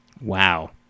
Wow